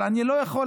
אבל אני לא יכול,